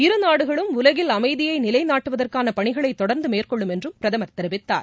இரு நாடுகளும் உலகில் அமைதியைநிலைநாட்டுவதற்கானபணிகளைதொடர்ந்துமேற்கொள்ளும் என்றம் பிரதமர் தெரிவித்தார்